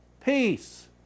Peace